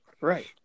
right